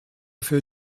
für